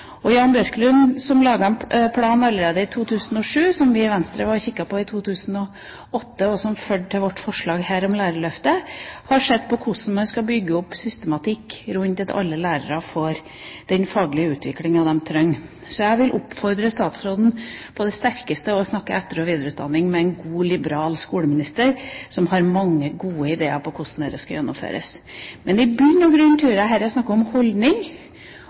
i Venstre var og kikket på i 2008, og som førte til vårt forslag om lærerløftet, har sett på hvordan man skal bygge opp systematikk, slik at alle lærere får den faglige utviklinga de trenger. Så jeg vil oppfordre statsråden på det sterkeste til å snakke etter- og videreutdanning med en god liberal skoleminister, som har mange gode ideer for hvordan dette skal videreføres. I bunn og grunn tror jeg det her er snakk om holdning.